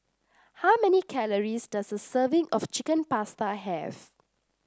how many calories does a serving of Chicken Pasta have